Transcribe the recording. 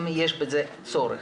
אם יש בזה צורך.